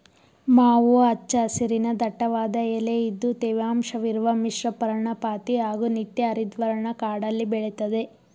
ಮಾವು ಹಚ್ಚ ಹಸಿರಿನ ದಟ್ಟವಾದ ಎಲೆಇದ್ದು ತೇವಾಂಶವಿರುವ ಮಿಶ್ರಪರ್ಣಪಾತಿ ಹಾಗೂ ನಿತ್ಯಹರಿದ್ವರ್ಣ ಕಾಡಲ್ಲಿ ಬೆಳೆತದೆ